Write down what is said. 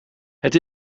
het